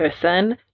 person